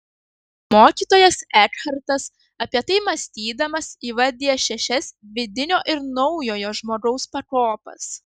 mokytojas ekhartas apie tai mąstydamas įvardija šešias vidinio ir naujojo žmogaus pakopas